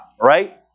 right